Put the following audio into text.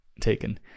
taken